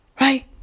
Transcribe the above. Right